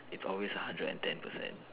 it's always a hundred and ten percent